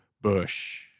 Bush